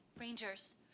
Rangers